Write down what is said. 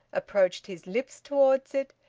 approached his lips towards it,